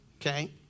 okay